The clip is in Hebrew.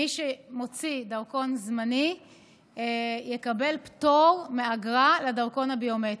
מי שמוציא דרכון זמני יקבל פטור מאגרה לדרכון הביומטרי,